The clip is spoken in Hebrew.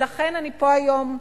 לכן אני פה היום,